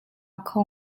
kho